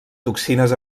toxines